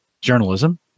journalism